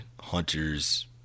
hunters